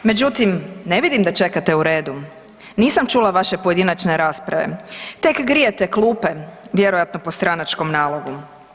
Međutim, ne vidim da čekate u redu, nisam čula vaše pojedinačne rasprave, tek grijete klube vjerojatno po stranačkom nalogu.